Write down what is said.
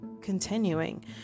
continuing